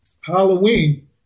Halloween